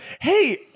Hey